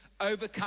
overcome